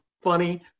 funny